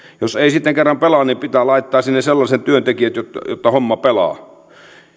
jos ei sitten kerran pelaa niin pitää laittaa sinne sellaiset työntekijät jotta homma pelaa